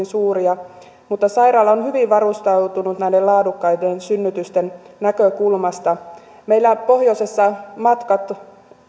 suuria sairaala on hyvin varustautunut laadukkaiden synnytysten näkökulmasta meillä pohjoisessa matkat